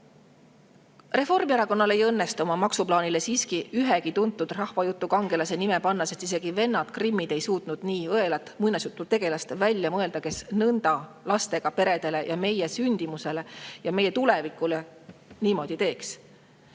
Reformierakonnal ei õnnestu oma maksuplaanile siiski ühegi tuntud rahvajutukangelase nime panna, sest isegi vennad Grimmid ei suutnud välja mõelda nii õelat muinasjututegelast, kes lastega peredele, meie sündimusele ja meie tulevikule niimoodi teeks.